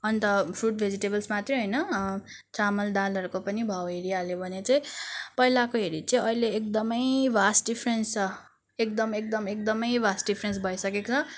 अन्त fruits vegetables मात्रै होइन चामल दालहरूको पनि भाउ हेरी हाल्यो भने चाहिँ पहिलाको हेरी चाहिँ अहिले एकदमै भास्ट डिफ्रेन्स छ एकदम एकदम एकदमै भास्ट डिफ्रेन्स भइसकेको छ